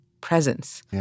presence